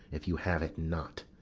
if you have it not.